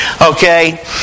Okay